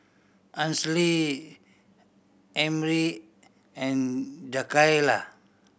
Ansley Emry and Jakayla